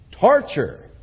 torture